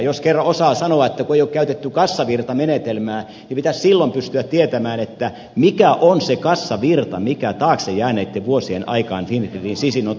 jos kerran osaa sanoa että ei ole käytetty kassavirtamenetelmää niin pitäisi silloin pystyä tietämään mikä on se kassavirta mikä taakse jääneitten vuosien aikaan fingridin sisään on tullut